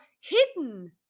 hidden